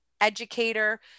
educator